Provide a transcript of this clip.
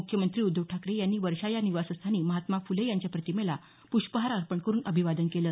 मुख्यमंत्री उद्धव ठाकरे यांनी वर्षा या निवासस्थानी महात्मा फुले यांच्या प्रतिमेला पृष्पहार अर्पण करून अभिवादन केलं